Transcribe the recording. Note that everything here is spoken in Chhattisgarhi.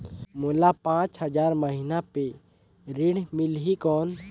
मोला पांच हजार महीना पे ऋण मिलही कौन?